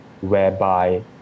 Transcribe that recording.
whereby